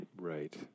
Right